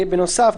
בנוסף,